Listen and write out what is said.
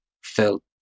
felt